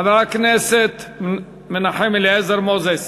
חבר הכנסת מנחם אליעזר מוזס.